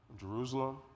Jerusalem